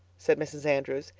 said mrs. andrews.